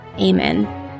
Amen